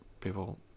people